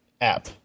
app